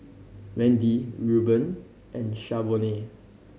Wendi Reuben and Shavonne